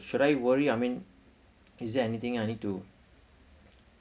should I worry I mean is there anything I need to